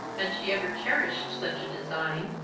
had she ever cherished such a design,